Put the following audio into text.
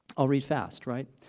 i'll read fast, right?